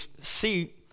see